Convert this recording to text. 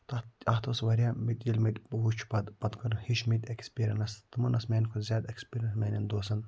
تَتھ تہِ اَتھ ٲس واریاہ مےٚ تہِ ییٚلہِ مےٚ تہِ وٕچھ پَتہٕ پَتہ کٔر مےٚ ہیٚچھ مےٚ تہِ اٮ۪کٕسپیٖریَنٕس تِمَن ٲس میٛانہِ کھۄتہٕ زیادٕ اٮ۪کٕسپیٖریَنٕس میٛانٮ۪ن دوسَن